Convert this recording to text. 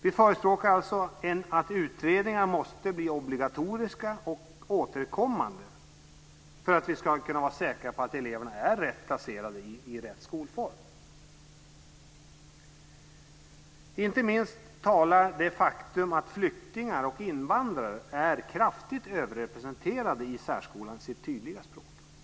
Vi förespråkar alltså att utredningar måste bli obligatoriska och återkommande för att vi ska kunna vara säkra på att eleverna är rätt placerade i rätt skolform. Inte minst talar det faktum att flyktingar och invandrare är kraftigt överrepresenterade i särskolan sitt tydliga språk.